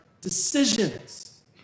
decisions